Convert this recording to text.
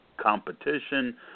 competition